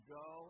go